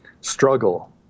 struggle